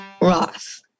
Ross